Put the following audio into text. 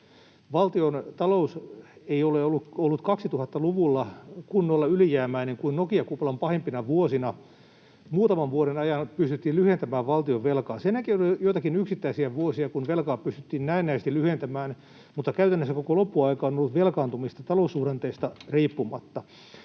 Valtiontalous ei ole ollut 2000‑luvulla kunnolla ylijäämäinen kuin Nokia-kuplan pahimpina vuosina, jolloin muutaman vuoden ajan pystyttiin lyhentämään valtion velkaa. Sen jälkeen on ollut joitakin yksittäisiä vuosia, kun velkaa pystyttiin näennäisesti lyhentämään, mutta käytännössä koko loppuaika on ollut velkaantumista taloussuhdanteista riippumatta.